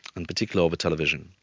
and particularly over television.